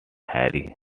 harry